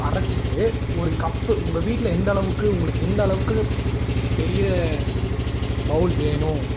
அரைச்சிட்டு ஒரு கப்பு உங்கள் வீட்டில் எந்தளவுக்கு உங்களுக்கு எந்தளவுக்கு பெரிய பவுல் வேணும்